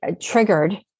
triggered